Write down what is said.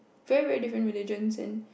very very different religions and